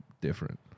different